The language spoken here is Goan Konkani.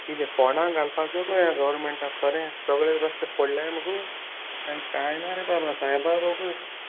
कितें फोणांत घालपा गो बाये आतां गोवोमेंटा खरें सगले रस्ते फोडल्याय मुगो आनी काय ना रे बाबा सायबा भोगोस